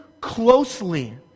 closely